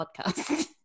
podcast